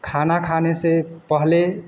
खाना खाने से पहले